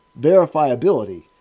verifiability